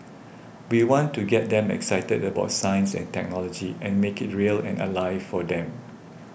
we want to get them excited about science and technology and make it real and alive for them